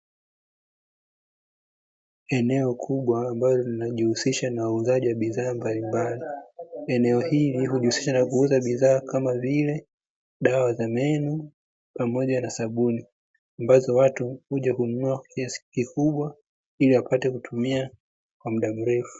Eneo kubwa ambalo linajihusisha na huuzaji wa bidhaa mbalimbali, eneo hili hujihusisha na kuuza bidhaa kama vile dawa za meno pamoja na sabuni, ambazo watu huja kununua kwa kiasi kikubwa ili apate kutumia kwa muda mrefu.